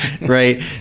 right